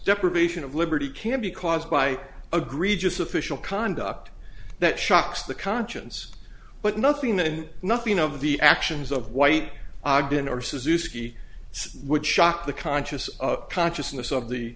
deprivation of liberty can be caused by agree just official conduct that shocks the conscience but nothing then nothing of the actions of white ogden or suzuki would shock the conscious of consciousness of the